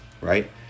Right